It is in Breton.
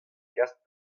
gas